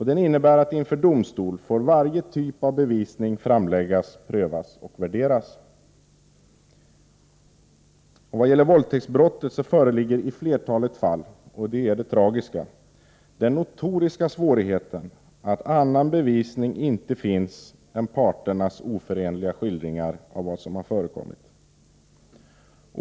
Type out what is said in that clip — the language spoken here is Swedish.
Den innebär att varje typ av bevisning får framläggas, prövas och värderas inför domstol. Vad gäller våldtäktsbrott föreligger i flertalet fall — det är det tragiska — den notoriska svårigheten att någon annan bevisning inte finns än parternas oförenliga skildringar av vad som har förekommit.